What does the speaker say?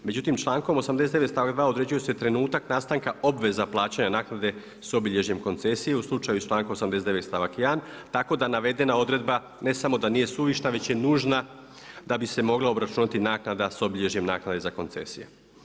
Međutim, člankom 89., stavak 2 određuje se trenutak nastanka obveza plaćanje naknade s obilježjem koncesije u slučaju s člankom 89. stavak 1. tako da navedena odredba ne samo da nije suvišna već je nužna da bi se mogla obračunati naknada s obilježjem naknade za koncesije.